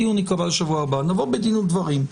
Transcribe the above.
הדיון ייקבע לשבוע הבא, נבוא בדין ודברים.